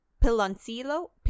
piloncillo